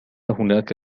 هناك